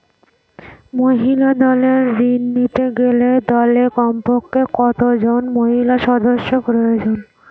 মহিলা দলের ঋণ নিতে গেলে দলে কমপক্ষে কত জন মহিলা সদস্য প্রয়োজন?